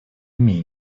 имею